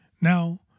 Now